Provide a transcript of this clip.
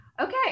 okay